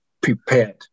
prepared